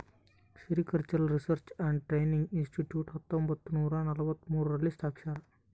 sericultural research and training institute ಹತ್ತೊಂಬತ್ತುನೂರ ನಲವತ್ಮೂರು ರಲ್ಲಿ ಸ್ಥಾಪಿಸ್ಯಾರ